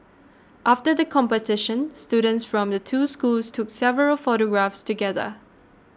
after the competition students from the two schools took several photographs together